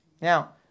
Now